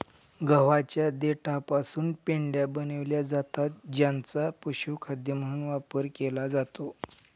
गव्हाच्या देठापासून पेंढ्या बनविल्या जातात ज्यांचा पशुखाद्य म्हणून वापर केला जातो